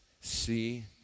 see